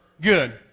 Good